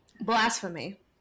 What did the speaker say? Blasphemy